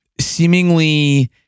seemingly